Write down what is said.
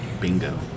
Bingo